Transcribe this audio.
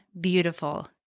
beautiful